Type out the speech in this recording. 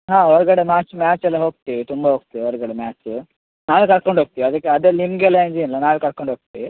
ಹಾಂ ಹೊರಗಡೆ ಮ್ಯಾಚ್ ಮ್ಯಾಚೆಲ್ಲ ಹೋಗ್ತೀವಿ ತುಂಬ ಹೋಗ್ತೀವಿ ಹೊರಗಡೆ ಮ್ಯಾಚು ನಾವೇ ಕರ್ಕೊಂಡೋಗ್ತೀವಿ ಅದಕ್ಕೆ ಅದೆಲ್ಲ ನಿಮಗೆಲ್ಲ ಏನು ಇದಿಲ್ಲ ನಾವೇ ಕರ್ಕೊಂಡೋಗ್ತೀವಿ